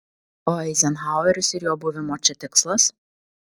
o eizenhaueris ir jo buvimo čia tikslas